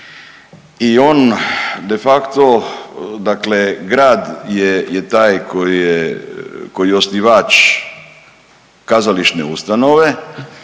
i on de facto, dakle grad je taj koji je, koji je osnivač kazališne ustanove,